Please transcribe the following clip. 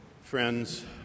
Friends